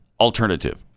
alternative